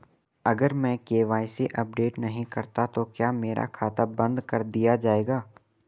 अगर मैं KYC update नहीं करता तो क्या मेरा खाता बंद कर दिया जाएगा?